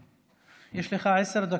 יש לך עשר דקות,